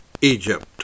Egypt